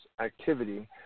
activity